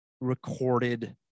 recorded